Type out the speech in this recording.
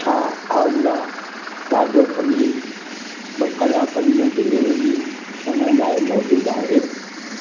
छा आरला ताज़ो पनीर ॿ कलाकनि में डिलीवर थियण लाइ मौजूदु आहे